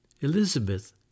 Elizabeth